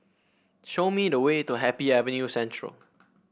show me the way to Happy Avenue Central